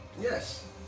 Yes